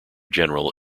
general